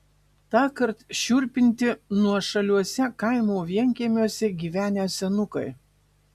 tąkart šiurpinti nuošaliuose kaimo vienkiemiuose gyvenę senukai